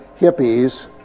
hippies